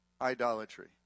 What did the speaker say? idolatry